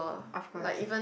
of course of course